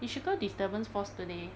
you should go disturbance force today